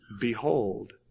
Behold